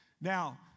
Now